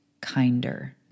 kinder